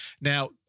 Now